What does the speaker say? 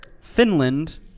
Finland